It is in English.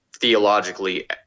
Theologically